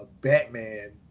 Batman